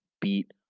beat